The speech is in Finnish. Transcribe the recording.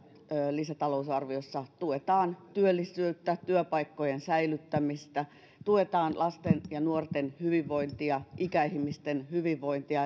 lisätalousarviossa tuetaan työllisyyttä ja työpaikkojen säilyttämistä tuetaan lasten ja nuorten hyvinvointia ja ikäihmisten hyvinvointia